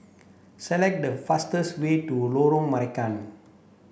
select the fastest way to Lorong Marican